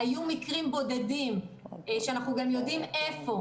היו מקרים בודדים שאנחנו גם יודעים איפה,